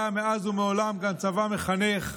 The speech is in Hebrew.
היה מאז ומעולם גם צבא מחנך,